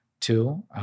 two